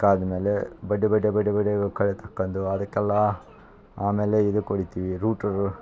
ಕಾದ ಮೇಲೆ ಬಡಿ ಬಡ್ಯಾ ಬಡಿ ಬಡ್ಯಾ ಕಳೆ ತಕ್ಕಂಡು ಅದಕ್ಕೆಲ್ಲ ಆಮೇಲೆ ಇದ್ಕೊಡಿತೀವಿ ರೂಟರು